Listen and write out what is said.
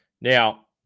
Now